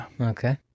Okay